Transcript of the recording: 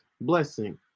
blessing